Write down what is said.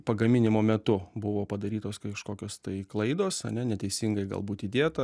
pagaminimo metu buvo padarytos kažkokios tai klaidos ane neteisingai galbūt įdėta